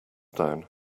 down